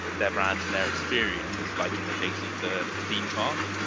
their brand and their experience, like in the case of the theme park,